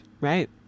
Right